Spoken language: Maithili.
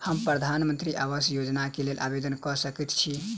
हम प्रधानमंत्री आवास योजना केँ लेल आवेदन कऽ सकैत छी?